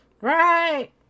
Right